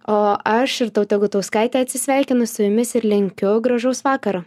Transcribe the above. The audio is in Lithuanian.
o aš jūrtautė gutauskaitė atsisveikinu su jumis ir linkiu gražaus vakaro